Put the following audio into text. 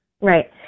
Right